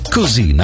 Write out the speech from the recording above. Così